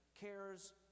cares